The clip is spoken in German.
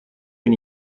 bin